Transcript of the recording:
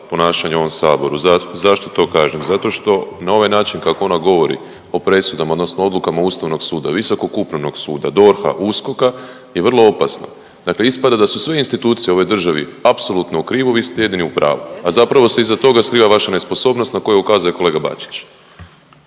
ponašanja u ovom saboru. Zašto to kažem? Zato što na ovaj način kako ona govori o presudama odnosno odlukama Ustavnog suda, Visokog upravnog suda, DORH-a, USKOK-a je vrlo opasno. Dakle, ispada da su sve institucije u ovoj državi apsolutno u krivu, vi ste jedini u pravu. A zapravo se iza toga skriva vaša nesposobnost na koju ukazuje kolega Bačić.